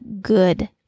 good